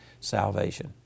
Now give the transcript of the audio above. salvation